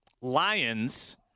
Lions